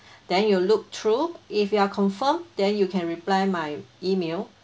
then you look through if you are confirmed then you can reply my email